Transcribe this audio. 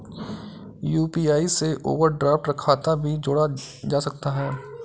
UPI से overdraft खाता भी जोड़ा जा सकता है